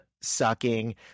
sucking